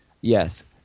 yes